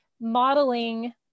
modeling